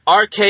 RK